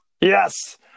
Yes